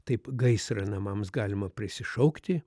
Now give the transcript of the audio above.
taip gaisrą namams galima prisišaukti